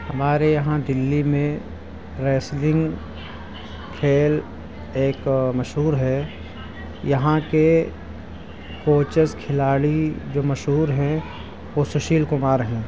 ہمارے یہاں دلّی میں ریسلنگ کھیل ایک مشہور ہے یہاں کے کوچز کھلاڑی جو مشہور ہیں وہ سشیل کمار ہیں